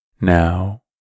Now